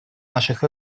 наших